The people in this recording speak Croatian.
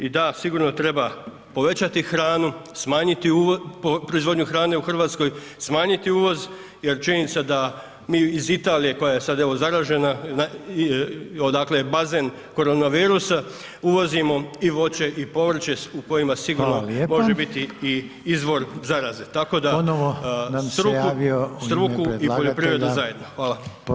I da, sigurno treba povećati hranu, smanjiti u, proizvodnju hrane u Hrvatskoj, smanjiti uvoz jer činjenica da mi iz Italije koja je sad evo zaražena, odakle je bazen koronavirusa uvozimo i voće i povrće u kojima [[Upadica Reiner: Hvala lijepo.]] sigurno može biti i izvor zaraze, tako da [[Upadica Reiner: Ponovo nam se javio u ime predlagatelja…]] struku i poljoprivredu zajedno.